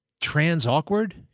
trans-awkward